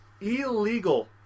illegal